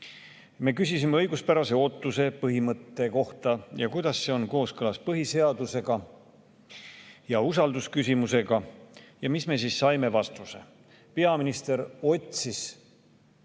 Me küsisime õiguspärase ootuse põhimõtte kohta ning kuidas see on kooskõlas põhiseaduse ja usaldusküsimusega. Ja mis me saime vastuseks? Peaminister otsis